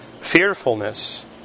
fearfulness